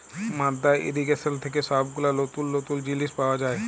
মাদ্দা ইর্রিগেশন থেক্যে সব গুলা লতুল লতুল জিলিস পাওয়া যায়